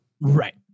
Right